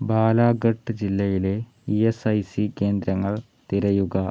ബാലാഘട്ട് ജില്ലയിലെ E S I C കേന്ദ്രങ്ങൾ തിരയുക